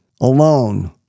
alone